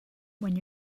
when